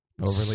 overly